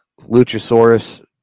Luchasaurus